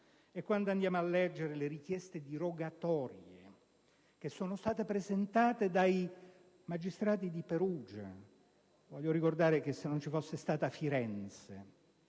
Parlamento. Leggiamo anche le richieste di rogatorie che sono state presentate dai magistrati di Perugia. Voglio ricordare che se non ci fossero stati Firenze